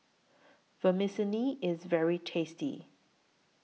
Vermicelli IS very tasty